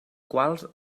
quals